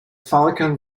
falcon